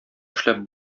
эшләп